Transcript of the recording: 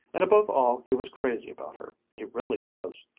and above all he was crazy about her he really was!